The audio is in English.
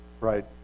right